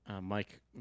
Mike